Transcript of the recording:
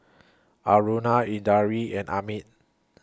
Aruna Indranee and Amit